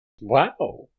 Wow